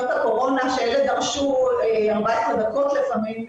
מה קורה בשטח מבחינת שגרת הקורונה אצלכם בקופה.